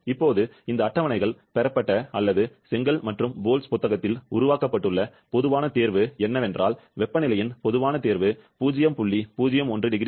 இப்போது இந்த அட்டவணைகள் பெறப்பட்ட அல்லது செங்கல் மற்றும் போல்ஸ் புத்தகத்தில் உருவாக்கப்பட்டுள்ள பொதுவான தேர்வு என்னவென்றால் வெப்பநிலையின் பொதுவான தேர்வு 0